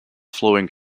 flowing